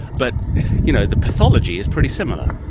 but you know the pathology is pretty similar.